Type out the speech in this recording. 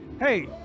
hey